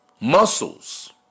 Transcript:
Muscles